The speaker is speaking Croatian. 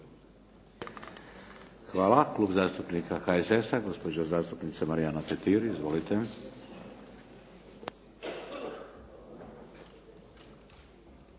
Hvala. Klub zastupnika HSS-a, gospođa zastupnica Marijana Petir. Izvolite.